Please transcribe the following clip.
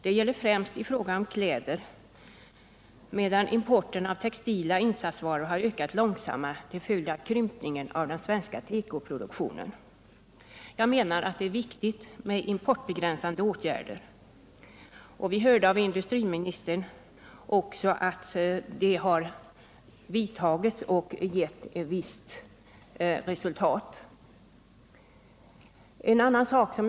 Det gäller främst i fråga om kläder, medan importen av textila insatsvaror har ökat långsammare till följd av krympningen av den svenska tekoproduktionen. Jag anser att det är viktigt med importbegränsande åtgärder, och vi hörde av industriministern att det också har vidtagits sådana, vilka också har givit visst resultat.